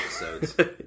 episodes